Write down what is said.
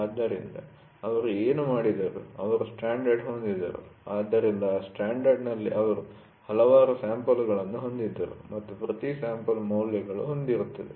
ಆದ್ದರಿಂದ ಅವರು ಏನು ಮಾಡಿದರು ಅವರು ಸ್ಟ್ಯಾಂಡರ್ಡ್ ಹೊಂದಿದ್ದರು ಆದ್ದರಿಂದ ಆ ಸ್ಟ್ಯಾಂಡರ್ಡ್'ನಲ್ಲಿ ಅವರು ಹಲವಾರು ಸ್ಯಾಂಪಲ್'ಗಳನ್ನು ಹೊಂದಿದ್ದರು ಮತ್ತು ಪ್ರತಿ ಸ್ಯಾಂಪಲ್ ಮೌಲ್ಯಗಳನ್ನು ಹೊಂದಿರುತ್ತದೆ